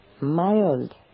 mild